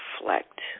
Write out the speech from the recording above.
reflect